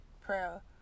prayer